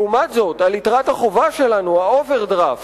לעומת זאת, על יתרת החובה שלנו, האוברדרפט,